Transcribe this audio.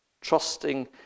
Trusting